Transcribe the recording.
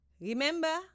remember